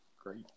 Great